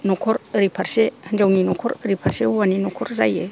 न'खर ओरैफारसे हिन्जावनि न'खर ओरै फारसे हौवानि न'खर जायो